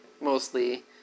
Mostly